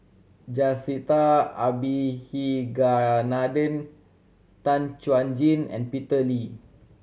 Jacintha Abisheganaden Tan Chuan Jin and Peter Lee